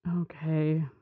Okay